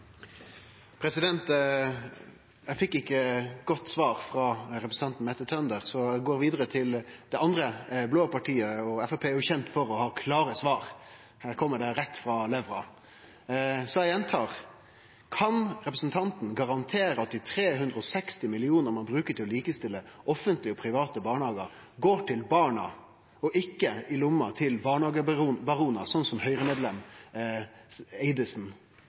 meg. Eg fekk ikkje eit godt svar frå representanten Mette Tønder, så eg går vidare til det andre blåe partiet, og Framstegspartiet er jo kjent for å ha klare svar, her kjem det rett frå levra. Så eg gjentar: Kan representanten garantere at dei 360 mill. kr ein bruker til å likestille offentlege og private barnehagar, går til barna og ikkje i lomma til barnehagebaronar slik som